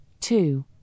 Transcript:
two